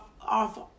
off